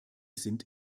sind